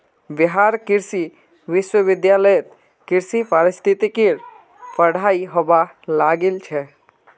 बिहार कृषि विश्वविद्यालयत कृषि पारिस्थितिकीर पढ़ाई हबा लागिल छ